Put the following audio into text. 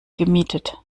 gemietet